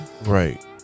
Right